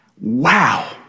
Wow